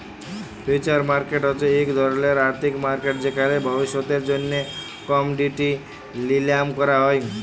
future market হছে ইক ধরলের আথ্থিক মার্কেট যেখালে ভবিষ্যতের জ্যনহে কমডিটি লিলাম ক্যরা হ্যয়